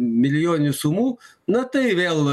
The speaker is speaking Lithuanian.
milijoninių sumų na tai vėl